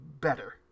better